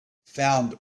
found